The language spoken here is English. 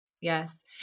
Yes